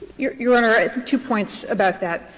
your your honor, i think two points about that.